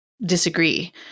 disagree